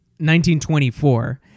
1924